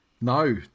No